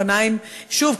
שוב,